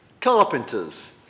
carpenters